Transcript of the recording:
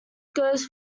goes